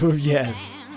Yes